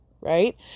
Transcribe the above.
right